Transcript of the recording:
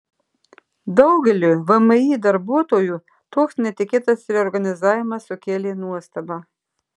daugeliui vmi darbuotojų toks netikėtas reorganizavimas sukėlė nuostabą